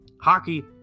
Hockey